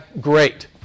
Great